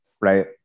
right